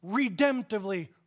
redemptively